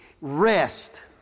rest